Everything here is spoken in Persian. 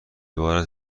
عبارت